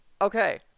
Okay